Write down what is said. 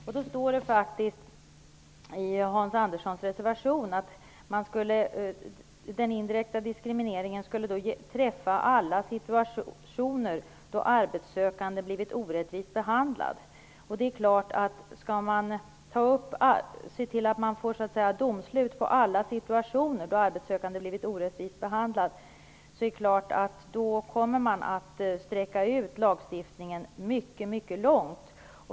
Men det står faktiskt i Hans Anderssons meningsyttring att ett förbud mot indirekt diskriminering skulle träffa alla situationer då en arbetssökande blivit orättvist behandlad. Skall man se till att få domslut på alla situationer då en arbetssökande har blivit orättvist behandlad, kommer man att sträcka ut lagstiftningen mycket mycket långt.